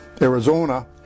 Arizona